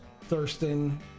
Thurston